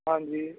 ਹਾਂਜੀ